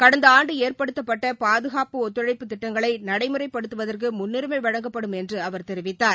கடந்த ஆண்டு ஏற்படுத்தப்பட்ட பாதுகாப்பு ஒத்துழைப்பு திட்டங்களை நடைமுறைப்படுத்துவதற்கு முன்னுரிமை வழங்கப்படும் என்று தெரிவித்தார்